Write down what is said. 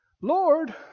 Lord